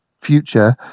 future